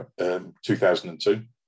2002